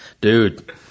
Dude